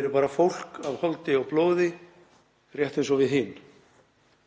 eru bara fólk af holdi og blóði, rétt eins og við hin,